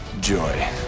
joy